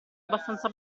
abbastanza